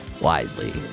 wisely